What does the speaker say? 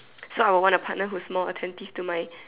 so I would want a partner who is more attentive to my